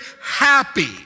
happy